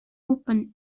open